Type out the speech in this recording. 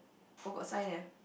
oh got sign leh